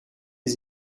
les